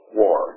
war